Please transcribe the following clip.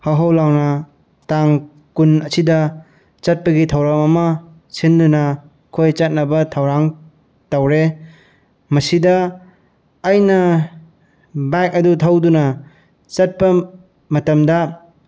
ꯍꯧ ꯍꯧ ꯂꯥꯎꯅ ꯇꯥꯡ ꯀꯨꯟ ꯑꯁꯤꯗ ꯆꯠꯄꯒꯤ ꯊꯧꯔꯝ ꯑꯃ ꯁꯤꯟꯗꯨꯅ ꯑꯩꯈꯣꯏ ꯆꯠꯅꯕ ꯊꯧꯔꯥꯡ ꯇꯧꯔꯦ ꯃꯁꯤꯗ ꯑꯩꯅ ꯕꯥꯏꯛ ꯑꯗꯨ ꯊꯧꯗꯨꯅ ꯆꯠꯄ ꯃꯇꯝꯗ